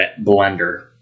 blender